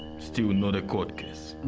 still not a court case.